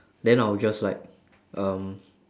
then I'll just like um